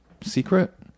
secret